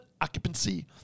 occupancy